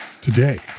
today